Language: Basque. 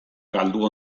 galdu